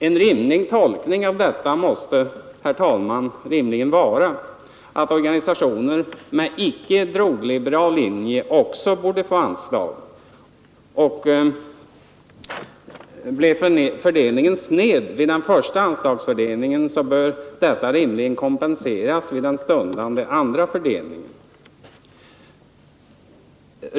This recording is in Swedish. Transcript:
En rimlig tolkning av detta måste vara, herr talman, att organisationer med icke drogliberal linje också borde få anslag. Blev fördelningen sned vid den första anslagsfördelningen, så bör detta rimligen kompenseras vid den stundande andra fördelningen.